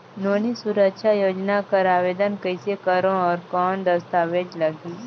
नोनी सुरक्षा योजना कर आवेदन कइसे करो? और कौन दस्तावेज लगही?